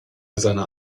seiner